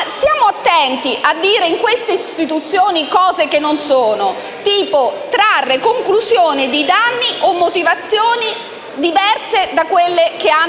Stiamo attenti a dire in queste istituzioni cose che non sono vere, tipo trarre conclusione di danni o alludere a motivazioni diverse da quelle che hanno